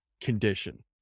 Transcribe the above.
condition